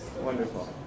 Wonderful